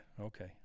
Okay